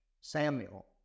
Samuel